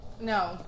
No